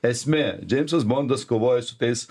esmė džordžas bondas kovoja su tais